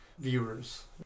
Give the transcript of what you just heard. viewers